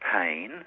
pain